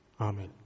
Amen